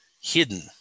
hidden